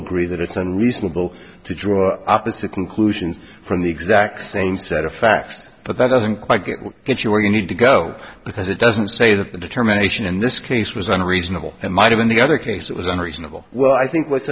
agree that it's unreasonable to draw opposite conclusions from the exact same set of facts but that doesn't quite get you where you need to go because it doesn't say that the determination in this case was unreasonable and might have been the other case it was unreasonable well i think what's